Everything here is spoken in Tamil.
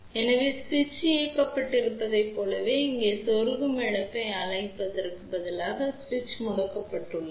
எனவே சுவிட்ச் இயக்கப்பட்டிருந்ததைப் போலவே இப்போது செருகும் இழப்பை அழைப்பதற்கு பதிலாக சுவிட்ச் முடக்கப்பட்டுள்ளது